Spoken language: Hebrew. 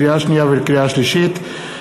לקריאה שנייה ולקריאה שלישית,